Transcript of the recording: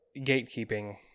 gatekeeping